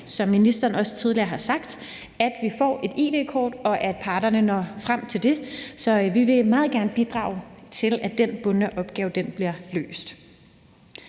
som ministeren også tidligere har sagt, at vi får et id-kort, og at parterne når frem til det. Så vi vil meget gerne bidrage til, at den bundne opgave bliver løst.